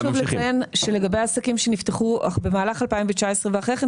לציין שלגבי עסקים שנפתחו במהלך 2019 ואחר כך,